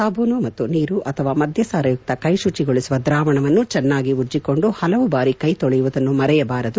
ಸಾಬೂನು ಮತ್ತು ನೀರು ಅಥವಾ ಮದ್ಲಸಾರಯುಕ್ತ ಕೈಶುಚಿಗೊಳಿಸುವ ದ್ರಾವಣವನ್ನು ಚೆನ್ನಾಗಿ ಉಜ್ಜೆಕೊಂಡು ಪಲವು ಬಾರಿ ಕೈ ತೊಳೆಯುವುದನ್ನು ಮರೆಯಬಾರದು